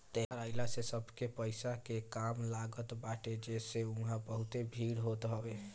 त्यौहार आइला से सबके पईसा के काम लागत बाटे जेसे उहा बहुते भीड़ होत हवे